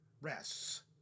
rests